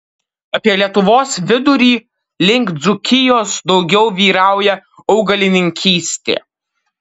apie lietuvos vidurį link dzūkijos daugiau vyrauja augalininkystė